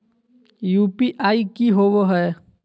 UPI की होवे है?